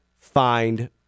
find